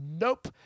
nope